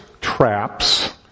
traps